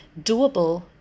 doable